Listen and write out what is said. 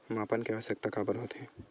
मापन के आवश्कता काबर होथे?